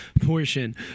portion